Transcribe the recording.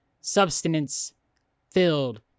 substance-filled